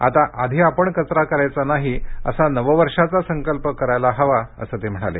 आता आधी आपण कचरा करायचा नाही असा नववर्षाचा संकल्प करायला हवा असं ते म्हणाले